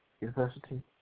University